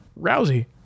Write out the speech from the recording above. Rousey